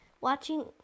watching